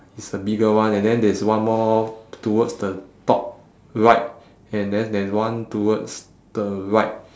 it's a bigger one and then there is one more to~ towards the top right and then there's one towards the right